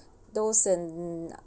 those in